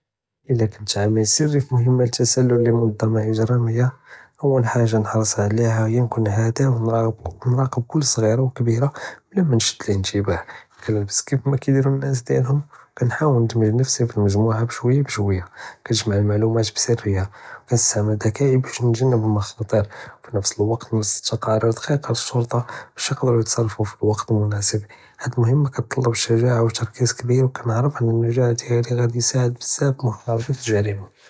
אלא קונט עמיל סרי פי ממנייה ליתסלסל למונזמה אגרמיה וחדה נהרס עליה היא נكون הד'א ו נאראקב כל סג'ירה ו קבירה בלא מנדשד אלאינתיבאה כנלבס כיף כמידירו הנאס דיעלהום ו כנאול נדמג נפסי פי אלמג'מו'ע בשווי בשווי כנאג'מע אלמעלומאת בסריה כנסתעמל דכאאי באש נתגנב אלמכ'אתר ו פי נפס אלואקט נוסתקיר לחייט אלשוטרה באש יקדארו יתסראפו פאלואקט אלמונאסב האד אלממנייה כאטלב אלשג'אעה ו אלתרכיז אלכביר ו קאנערף ענ נג'אעת הדש גאני תסהל בזאף מחארבת אלג'ريمة.